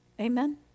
Amen